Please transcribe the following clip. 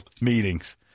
meetings